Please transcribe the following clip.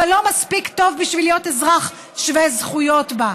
אבל לא מספיק טוב בשביל להיות אזרח שווה זכויות בה.